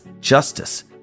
justice